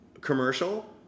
commercial